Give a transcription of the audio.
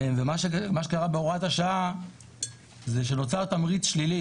מה שקרה עם הוראת השעה, זה שנוצר תמריץ שלילי